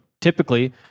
typically